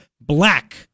black